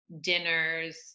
dinners